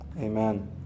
Amen